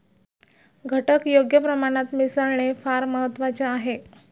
घटक योग्य प्रमाणात मिसळणे फार महत्वाचे आहे